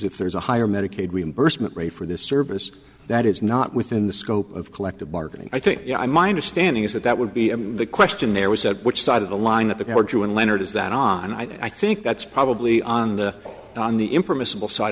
if there's a higher medicaid reimbursement rate for this service that is not within the scope of collective bargaining i think i mind standing is that that would be the question there was which side of the line of the courtroom leonard is that on i think that's probably on the on the impermissible side